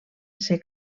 ser